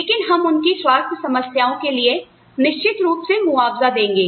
लेकिन हम उनकी स्वास्थ्य समस्याओं के लिए निश्चित रूप से मुआवजा देंगे